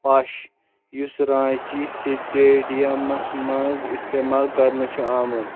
پَش یُس رانٛچی سٹیڈیمَس منٛز استعمال کرنہٕ چھُ آمُت